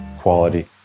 quality